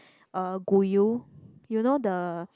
uh guyu you know the